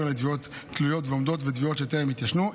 לתביעות תלויות ועומדות ותביעות שטרם התיישנו.